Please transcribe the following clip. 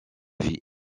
vie